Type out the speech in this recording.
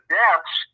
deaths